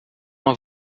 uma